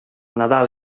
nadal